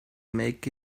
make